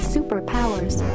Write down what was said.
Superpowers